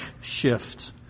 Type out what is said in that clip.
shift